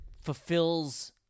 fulfills –